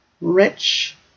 Rich